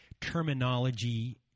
terminology